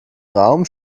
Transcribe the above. raum